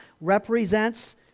represents